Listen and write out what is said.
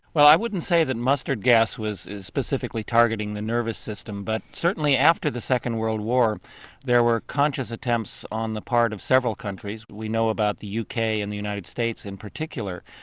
well i wouldn't say that mustard gas was specifically targeting the nervous system but certainly after the second world war there were conscious attempts on the part of several countries, we know about the yeah uk and the united states in particular,